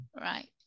Right